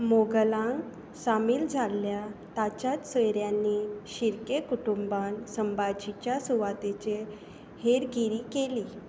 मोगलांक सामील जाल्ल्या ताच्याच सोयऱ्यांनी शिर्के कुटुंबान संभाजीच्या सुवातांचेर हेरगिरी केली